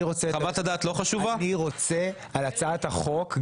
אני רוצה על הצעת החוק.